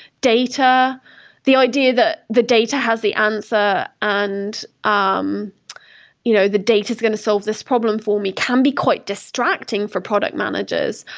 data the idea that the data has the answer and um you know the data is going to solve this problem for me, can be quite distracting for product managers.